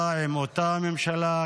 נמצא באותה ממשלה,